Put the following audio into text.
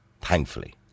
thankfully